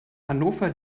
hannover